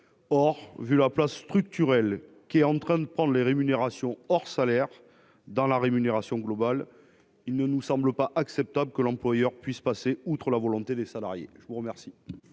tenu de la place structurelle que tendent à prendre les rémunérations hors salaire dans la rémunération globale, il ne nous semble pas acceptable que l'employeur puisse passer outre à la volonté des salariés. Quel